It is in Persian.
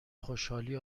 خوشحالی